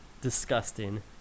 Disgusting